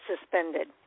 suspended